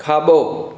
खाॿो